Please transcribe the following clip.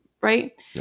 right